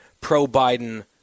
pro-Biden